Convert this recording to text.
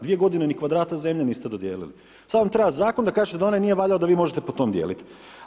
Dvije godine ni kvadrata zemlje niste dodijelili, sada vam treba zakon da kažete da onaj nije valjao da vi možete po tom dijeliti.